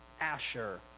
Asher